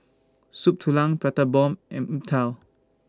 Soup Tulang Prata Bomb and Png Tao